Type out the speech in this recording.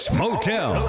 motel